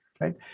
right